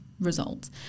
results